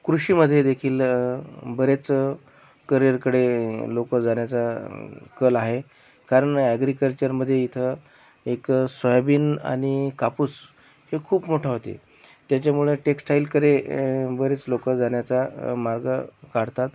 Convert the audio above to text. कृषीमध्ये देखील बरेच करिअरकडे लोक जाण्याचा कल आहे कारण अॅग्रीकल्चरमध्ये इथं एक सोयाबीन आणि कापूस हे खूप मोठा होते त्याच्यामुळे टेक्सटाईलकडे बरेच लोक जाण्याचा मार्ग काढतात